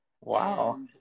Wow